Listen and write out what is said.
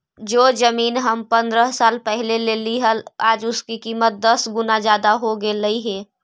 जो जमीन हम पंद्रह साल पहले लेली हल, आज उसकी कीमत दस गुना जादा हो गेलई हे